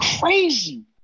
Crazy